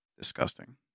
disgusting